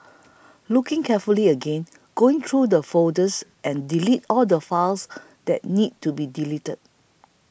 looking carefully again going through the folders and delete all the files that need to be deleted